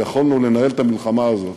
ויכולנו לנהל את המלחמה הזאת